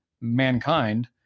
mankind